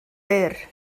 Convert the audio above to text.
byr